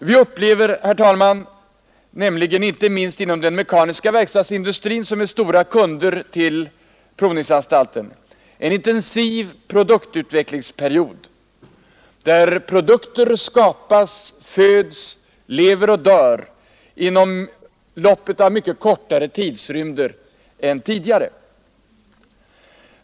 Vi upplever nämligen nu, inte minst inom den mekaniska verkstadsindustrin — som är en stor kund till provningsanstalten — en intensiv produktutvecklingsperiod, där produkter skapas, föds, lever och dör inom loppet av mycket korta tidsrymder än tidigare.